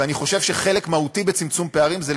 ואני חושב שחלק מהותי בצמצום פערים הוא